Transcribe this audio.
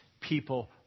people